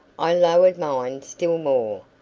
i lowered mine still more.